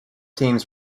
teams